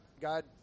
God